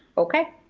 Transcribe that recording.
okay.